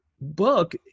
book